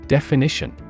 Definition